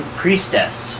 priestess